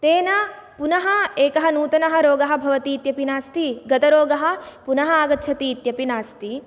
तेन पुनः एकः नूतनरोगः भवति इत्यपि नास्ति गतरोगः पुनः आगच्छति इत्यपि नास्ति